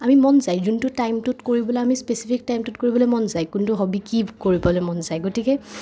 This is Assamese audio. আমি মন যায় যোনটো টাইমটোত কৰিবলৈ স্পেছিফিক টাইমটোত কৰিবলৈ মন যায় কোনতো হবী কি কৰিবলৈ মন যায় গতিকে